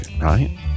right